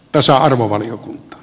tasa arvovaliokunta